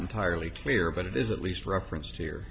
entirely clear but it is at least referenced here